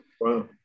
Wow